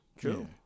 true